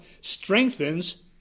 strengthens